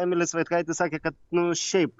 emilis vaitkaitis sakė kad nu šiaip